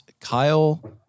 Kyle